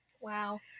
Wow